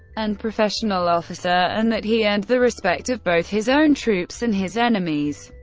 and professional officer, and that he earned the respect of both his own troops and his enemies.